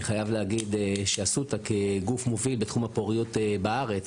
אני חייב להגיד שאסותא כגוף מוביל בתחום הפריות בארץ,